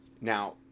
Now